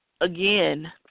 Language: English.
again